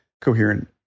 coherent